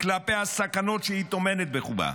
כלפי הסכנות שהיא טומנת בחובה.